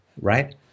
right